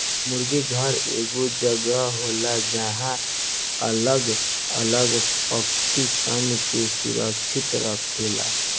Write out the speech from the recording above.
मुर्गी घर एगो जगह होला जहां अलग अलग पक्षी सन के सुरक्षित रखाला